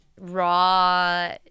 raw